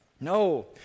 No